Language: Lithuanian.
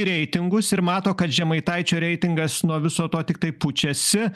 reitingus ir mato kad žemaitaičio reitingas nuo viso to tiktai pučiasi